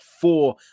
four